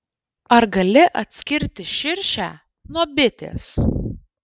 ar gali atskirti širšę nuo bitės